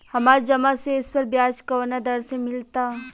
हमार जमा शेष पर ब्याज कवना दर से मिल ता?